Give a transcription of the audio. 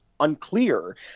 unclear